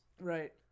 Right